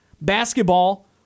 basketball